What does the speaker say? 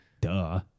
Duh